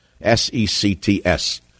S-E-C-T-S